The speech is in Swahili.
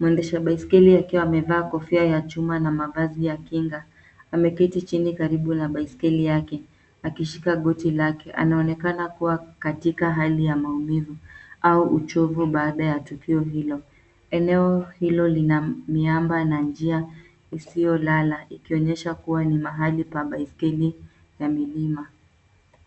Mwendesha baiskeli akiwa amevaa kofia ya chuma na mavazi ya kinga. Ameketi chini karibu na baiskeli yake, akishika goti lake, anaonekana kuwa katika hali ya maumivu au uchovu baada ya tukio hilo. Eneo hilo lina miamba na njia isiyo lala, ikionyesha kuwa ni mahali pa baiskeli ya milima.